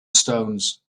stones